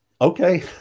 Okay